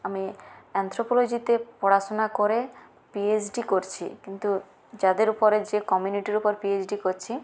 আমি অ্যানথ্রোপলজিতে পড়াশোনা করে পিএইচডি করছি কিন্তু যাদের উপর যে কমিউনিটির উপর পিএইচডি করছি